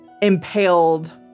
impaled